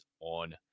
on